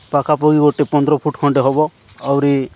ପାଖାପାଖି ଗୋଟେ ପନ୍ଦର ଫୁଟ୍ ଖଣ୍ଡେ ହେବ ଆହୁରି